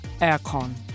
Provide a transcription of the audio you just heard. aircon